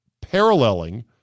paralleling